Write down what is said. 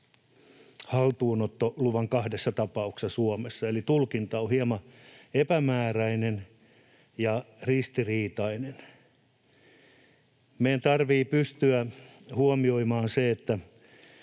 haltuunottoluvan kahdessa tapauksessa Suomessa. Eli tulkinta on hieman epämääräinen ja ristiriitainen. Meidän tarvitsee pystyä huomioimaan se, että